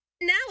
now